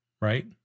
right